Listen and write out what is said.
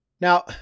Now